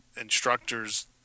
Instructors